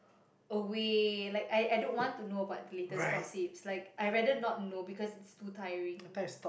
away like I I don't want to know about the latest gossips like I rather not know because it's too tiring